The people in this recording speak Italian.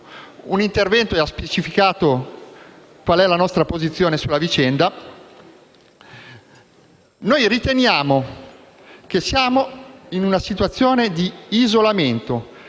suo intervento ha specificato la nostra posizione sulla vicenda - noi riteniamo che siamo in una situazione di isolamento: